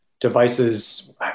devices